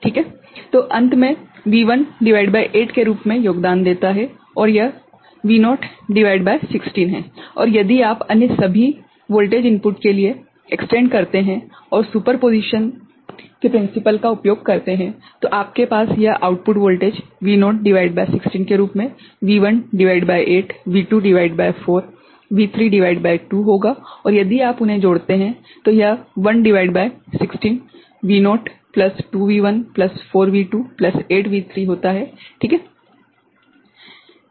तो V1 अंत में V1 भागित 8 के रूप में योगदान देता है और यह V0 भागित 16 है और यदि आप अन्य सभी वोल्टेज इनपुट के लिए विस्तार करते हैं और सुपरपोज़िशन के सिद्धांत का उपयोग करते हैं तो आपके पास यह आउटपुट वोल्टेज V0 भागित 16 के रूप में V1 भागित 8 V2 भागित 4 V3 भागित 2 होता है और यदि आप उन्हें जोड़ते हैं तो यह 1 भागित 16 V0 plus 2 V1 plus 4V2 plus 8 V3 होता है - ठीक है